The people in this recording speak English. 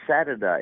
Saturday